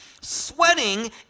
sweating